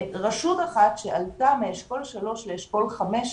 רשות אחת שעלתה מאשכול 3 לאשכול 5,